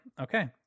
Okay